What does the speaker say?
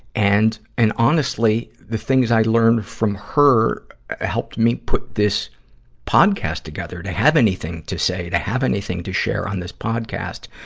and, and honestly, the things i learned from her helped me put this podcast together, to have anything to say, to have anything to share on this podcast.